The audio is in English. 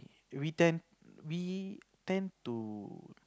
if we tend we tend to